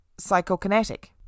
psychokinetic